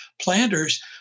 planters